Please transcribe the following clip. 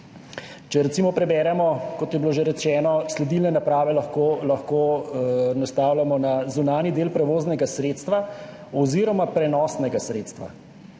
Če recimo preberemo, kot je bilo že rečeno, sledilne naprave lahko nastavljamo na zunanji del prevoznega sredstva oziroma prenosnega sredstva.